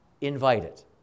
invited